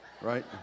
Right